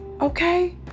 Okay